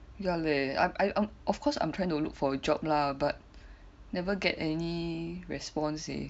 ya leh I I of course I'm trying to look for a job lah but never get any response eh